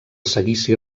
seguici